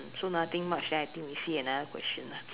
hmm so nothing much then I think we see another question lah